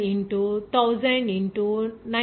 87 into 1000 into 9